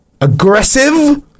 Aggressive